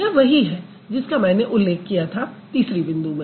यह वही है जिसका मैंने उल्लेख किया था तीसरी बिन्दु में